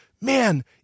man